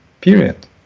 period